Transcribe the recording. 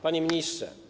Panie Ministrze!